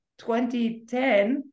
2010